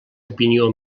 opinió